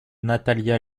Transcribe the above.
natalia